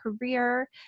career